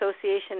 Association